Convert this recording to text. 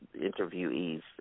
interviewees